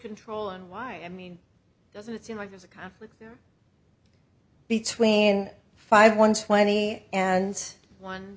control and why i mean doesn't it seem like there's a conflict between five one twenty and one